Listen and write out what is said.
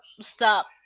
stop